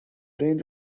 range